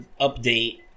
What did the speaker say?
update